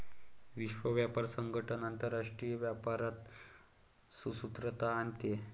विश्व व्यापार संगठन आंतरराष्ट्रीय व्यापारात सुसूत्रता आणते